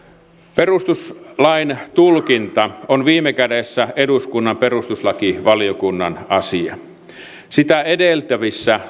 perustuslain tulkinta on viime kädessä eduskunnan perustuslakivaliokunnan asia sitä edeltävissä